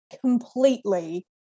completely